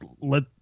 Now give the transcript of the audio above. let